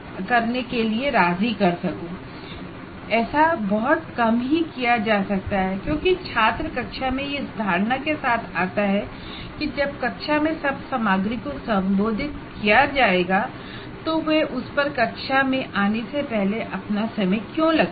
यद्यपि ऐसा बहुत कम ही होता है क्योंकि छात्र कक्षा में इस धारणा के साथ आता है कि जब कक्षा में सब पढ़ाया जाएगा तो वह उस पर कक्षा में आने से पहले समय क्यों लगाए